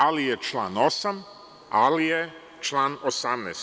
Ali je član 8, ali je član 18.